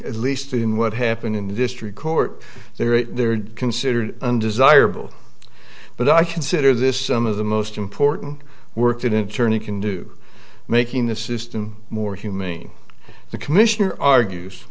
at least in what happened in the district court they're considered undesirable but i consider this some of the most important work in attorney can do making the system more humane the commissioner argues